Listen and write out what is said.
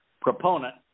proponent